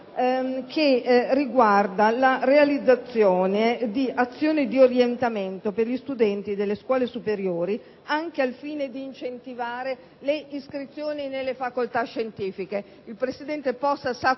che riguarda la realizzazione di azioni di orientamento per gli studenti delle scuole superiori, anche al fine di incentivare le iscrizioni nelle facoltascientifiche. Il presidente Possa sa quanto